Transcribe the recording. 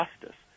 justice